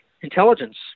intelligence